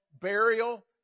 burial